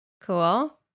Cool